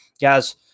guys